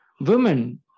women